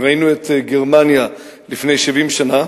ראינו את גרמניה לפני 70 שנה.